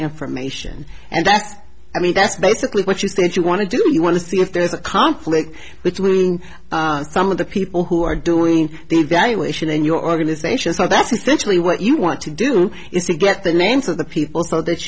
information and that's i mean that's basically what you think you want to do you want to see if there's a conflict between some of the people who are doing the valuation in your organization so that's essentially what you want to do is to get the names of the people so that